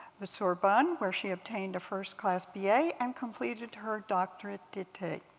the sorbonne where she obtained a first-class b a. and completed her doctorat d'etat.